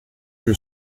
que